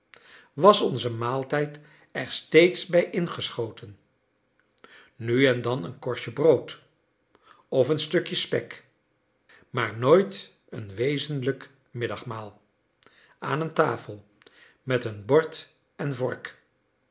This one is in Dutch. was onze maaltijd er steeds bij ingeschoten nu en dan een korstje brood of een stukje spek maar nooit een wezenlijk middagmaal aan een tafel met een bord en vork